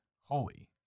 holy